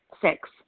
Six